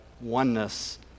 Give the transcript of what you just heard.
oneness